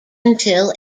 until